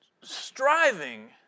striving